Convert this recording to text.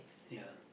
ya